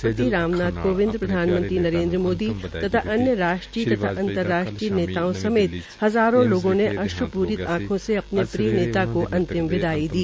राष्ट्रपति राम नाथ कोविंद प्रधानमंत्री नरेन्द्र मोदी तथा अन्य राष्ट्रीय तथ अंतर्राष्ट्रीय नेताओं समेत हजारों लोगों ने अश्र्पूरित आखों से अपने प्रिय नेता को अंतिम विदाई दी